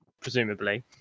presumably